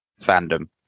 fandom